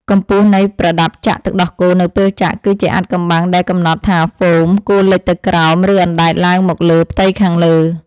កម្ពស់នៃប្រដាប់ចាក់ទឹកដោះគោនៅពេលចាក់ គឺជាអាថ៌កំបាំងដែលកំណត់ថាហ្វូមគួរលិចទៅក្រោម ឬអណ្តែតឡើងមកលើផ្ទៃខាងលើ។